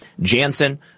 Janssen